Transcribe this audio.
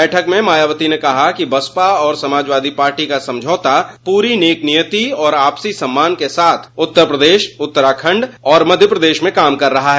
बैठक में मायावती ने कहा कि बसपा और समाजवादी पार्टी का समझौता पूरी नेकनीयती और आपसी सम्मान के साथ उत्तर प्रदेश उत्तराखंड और मध्य प्रदेश में काम कर रहा है